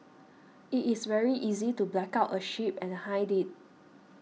it is very easy to black out a ship and hide it